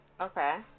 Okay